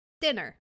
dinner